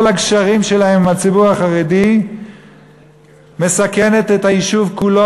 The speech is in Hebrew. הגשרים שלהם עם הציבור החרדי מסכנת את היישוב כולו,